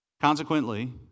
Consequently